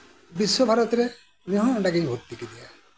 ᱵᱤᱥᱥᱚ ᱵᱷᱟᱨᱚᱛᱤᱨᱮ ᱩᱱᱤ ᱦᱚᱸ ᱚᱸᱰᱮ ᱜᱤᱧ ᱵᱷᱚᱛᱛᱤ ᱠᱮᱫᱮᱭᱟ